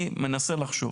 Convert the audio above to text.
אני מנסה לחשוב,